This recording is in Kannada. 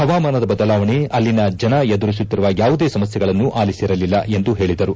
ಹವಾಮಾನದ ಬದಲಾವಣೆ ಅಲ್ಲಿನ ಜನ ಎದುರಿಸುತ್ತಿರುವ ಯಾವುದೇ ಸಮಸ್ಥೆಗಳನ್ನು ಆಲಿಸಿರಲಿಲ್ಲ ಎಂದು ಹೇಳಿದರು